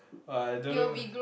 but I don't know